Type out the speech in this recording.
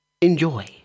Enjoy